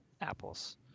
apples